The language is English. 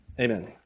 Amen